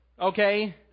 okay